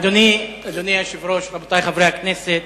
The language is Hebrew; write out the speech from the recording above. אדוני היושב-ראש, רבותי חברי הכנסת,